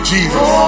Jesus